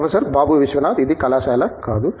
professor Babu Vishwanath ఇది కళాశాల కాదు